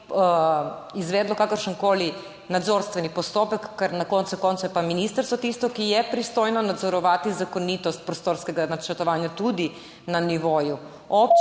izvedlo kakršenkoli nadzorstveni postopek? Ker na koncu koncev je pa ministrstvo tisto, ki je pristojno nadzorovati zakonitost prostorskega načrtovanja tudi na nivoju občin.